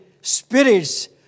spirits